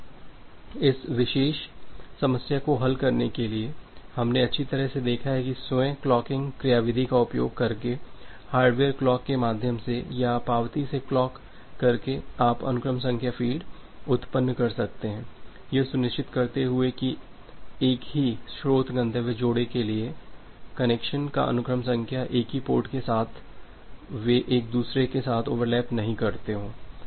अब इस विशेष समस्या को हल करने के लिए हमने अच्छी तरह से देखा है की स्वयं क्लॉकिंग क्रियाविधि का उपयोग करके हार्डवेयर क्लॉक के माध्यम से या पावती से क्लॉक करके आप अनुक्रम संख्या फ़ील्ड उत्त्पन्न कर सकते हैं यह सुनिश्चित करते हुए कि एक ही स्रोत गंतव्य जोड़े के लिए कनेक्शन का अनुक्रम संख्या एक ही पोर्ट के साथ वे एक दूसरे के साथ ओवरलैप नहीं करते हों